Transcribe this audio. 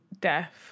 death